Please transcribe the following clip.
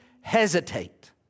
hesitate